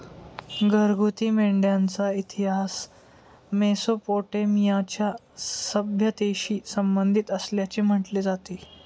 घरगुती मेंढ्यांचा इतिहास मेसोपोटेमियाच्या सभ्यतेशी संबंधित असल्याचे म्हटले जाते